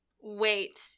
wait